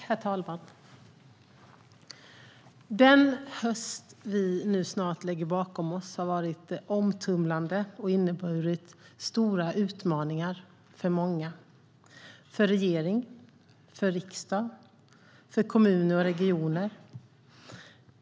Herr talman! Den höst vi nu snart lägger bakom oss har varit omtumlande. Den har inneburit stora utmaningar för många - för regering, för riksdag, för kommuner och för regioner.